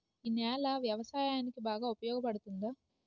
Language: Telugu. ఈ నేల వ్యవసాయానికి బాగా ఉపయోగపడుతుందా?